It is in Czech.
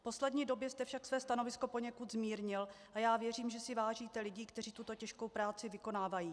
V poslední době jste však své stanovisko poněkud zmírnil a já věřím, že si vážíte lidí, kteří tuto těžkou práci vykonávají.